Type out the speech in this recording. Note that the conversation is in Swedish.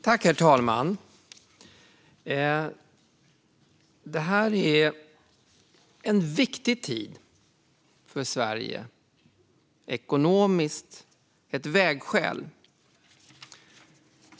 Herr talman! Det här är en viktig tid för Sverige ekonomiskt, ett vägskäl.